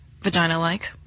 vagina-like